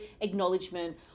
acknowledgement